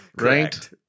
right